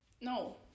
No